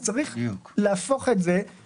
אז צריך להפוך את הגישה הזאת.